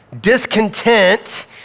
discontent